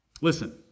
Listen